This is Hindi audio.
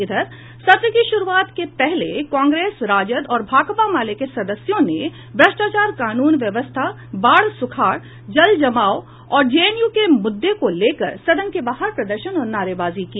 इधर सत्र की शुरूआत के पहले कांग्रेस राजद और भाकपा माले के सदस्यों ने भ्रष्टाचार कानून व्यवस्था बाढ़ सुखाड़ जल जमाव और जेएनयू के मुद्दे को लेकर सदन के बाहर प्रदर्शन और नारेबाजी की